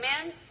Amen